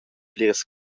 pliras